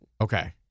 Okay